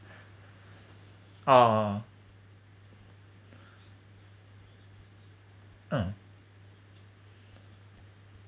oh uh